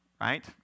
right